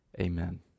amen